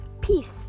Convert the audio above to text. peace